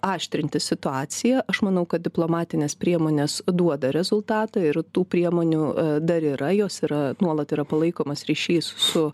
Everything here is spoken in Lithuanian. aštrinti situaciją aš manau kad diplomatinės priemonės duoda rezultatą ir tų priemonių dar yra jos yra nuolat yra palaikomas ryšys su